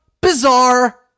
bizarre